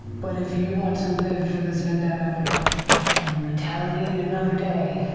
but if you want to live for this vendetta and retaliate another day